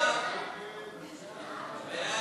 סעיפים 1